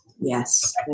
Yes